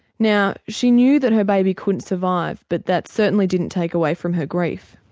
now she knew that her baby couldn't survive but that certainly didn't take away from her grief.